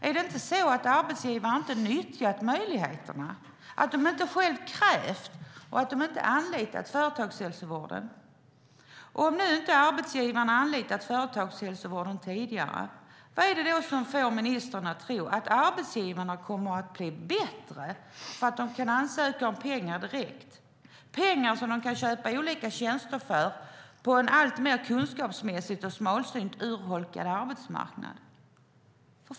Är det inte så att arbetsgivarna inte har utnyttjat möjligheterna, att de inte själva har krävt detta och att de inte har anlitat företagshälsovården? Om nu inte arbetsgivarna har anlitat företagshälsovården tidigare, vad är det som får ministern att tro att arbetsgivarna kommer att bli bättre för att de kan ansöka om pengar direkt? Det är pengar som de kan köpa olika tjänster för på en alltmer kunskapsmässigt och smalsynt urholkad arbetsmarknad.